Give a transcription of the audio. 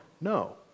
No